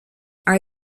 are